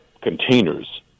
containers